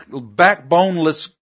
backboneless